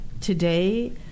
today